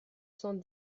cent